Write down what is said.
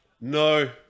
no